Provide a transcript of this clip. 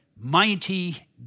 Mighty